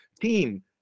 team